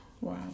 Wow